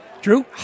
Drew